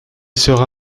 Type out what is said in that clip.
sera